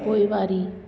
पोइवारी